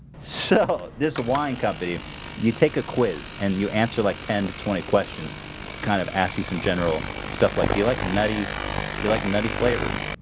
so this wine company you take a quiz and you answer like ten to twenty questions kind of ask you some general stuff like do you like nutty you like nutty flavors?